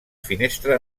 finestra